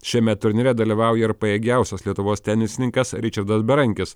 šiame turnyre dalyvauja ir pajėgiausias lietuvos tenisininkas ričardas berankis